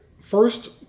first